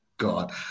God